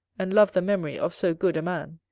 and love the memory of so good a man.